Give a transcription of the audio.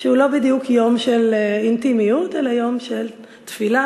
שהוא לא בדיוק יום של אינטימיות אלא יום של תפילה,